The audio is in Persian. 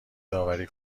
داوری